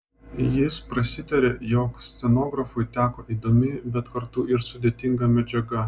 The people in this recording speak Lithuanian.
jis prasitarė jog scenografui teko įdomi bet kartu ir sudėtinga medžiaga